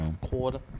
Quarter